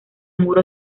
muro